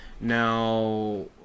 Now